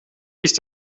ist